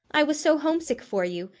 i was so homesick for you,